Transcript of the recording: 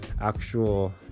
actual